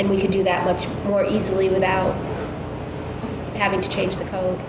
and we can do that much more easily without having to change the co